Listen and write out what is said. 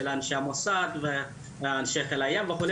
של אנשי המוסד ואנשי חיל הים וכו',